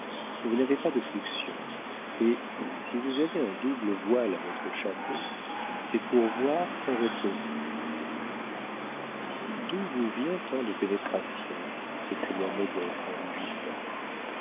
vous n'avez pas de fluxion et si vous avez un double voile à votre chapeau c'est pour voir sans être vue d'où vous vient tant de pénétration s'écria modeste en rougissant